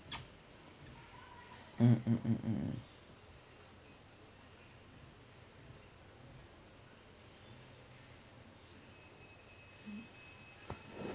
mm mm mm mm mm